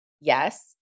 Yes